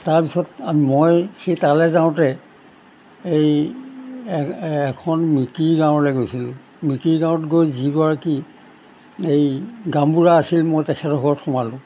তাৰপিছত মই সেই তালৈ যাওঁতে এই এখন মিকি গাঁৱলৈ গৈছিলোঁ মিকি গাঁৱত গৈ যিগৰাকী এই গামবুঢ়া আছিল মই তেখেতৰ ঘৰত সোমালোঁ